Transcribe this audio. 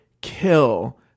kill